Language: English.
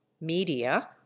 Media